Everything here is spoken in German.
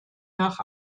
nach